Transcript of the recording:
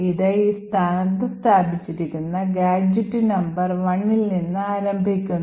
ഇത് ഈ സ്ഥാനത്ത് സ്ഥാപിച്ചിരിക്കുന്ന ഗാഡ്ജെറ്റ് നമ്പർ 1 ൽ നിന്ന് ആരംഭിക്കുന്നു